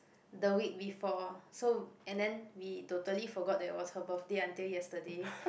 the week before so and then we totally forgot that was her birthday until yesterday